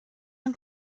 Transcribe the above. ein